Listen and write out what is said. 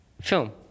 Film